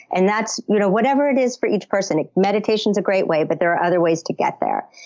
and that's you know whatever it is for each person. meditation's a great way, but there are other ways to get there.